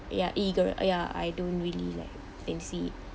ya E gir~ ya I don't really like and see